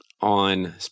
on